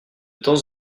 temps